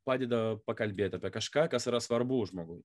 padeda pakalbėt apie kažką kas yra svarbu žmogui